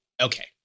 Okay